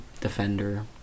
defender